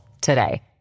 today